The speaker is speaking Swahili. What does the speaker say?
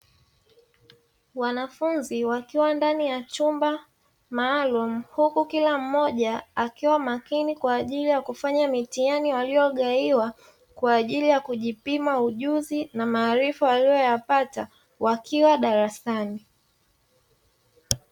Wanafunzi wakiwa ndani ya chumba maalumu huku kila mmoja akiwa makini kwaajili ya kufanya mitihani waliyogaiwa kwaajili ya kujipima ujuzi walioupata wakiwa darasani.